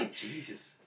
Jesus